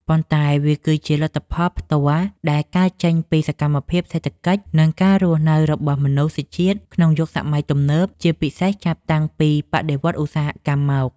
ប៉ុន្តែវាគឺជាលទ្ធផលផ្ទាល់ដែលកើតចេញពីសកម្មភាពសេដ្ឋកិច្ច និងការរស់នៅរបស់មនុស្សជាតិក្នុងយុគសម័យទំនើប ជាពិសេសចាប់តាំងពីបដិវត្តន៍ឧស្សាហកម្មមក។